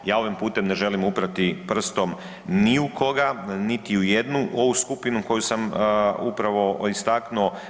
Ja ovim putem ne želim upirati prstom ni u koga, niti u jednu ovu skupinu koju sam upravo istaknuo.